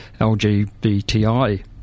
LGBTI